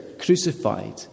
crucified